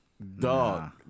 Dog